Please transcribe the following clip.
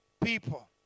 people